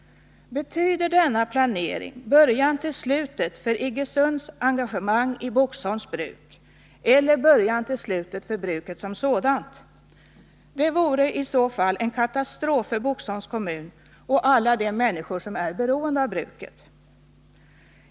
Betyder denna planering början till slutet för Iggesunds engagemang i Boxholms bruk eller början till slutet för bruket som sådant? Det vore i så fall en katastrof för Boxholms kommun och alla de människor som är beroende av bruket.